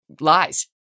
lies